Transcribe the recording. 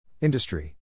Industry